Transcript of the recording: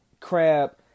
Crab